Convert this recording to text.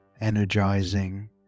energizing